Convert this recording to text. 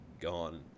gone